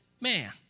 man